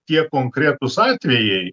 tiek konkretūs atvejai